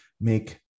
make